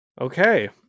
Okay